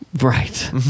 Right